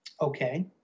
Okay